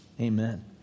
Amen